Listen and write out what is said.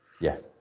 Yes